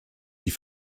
die